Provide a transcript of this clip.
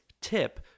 tip